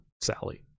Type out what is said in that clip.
sally